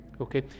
Okay